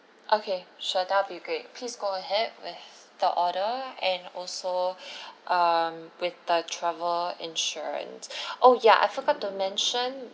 okay sure that will be great please go ahead with the order and also um with the travel insurance oh ya I forgot to mention